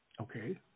Okay